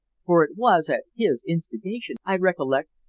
for it was at his instigation, i recollect,